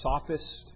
sophist